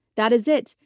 that is it.